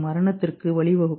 மரணத்திற்கு வழிவகுக்கும்